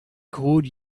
code